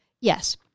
yes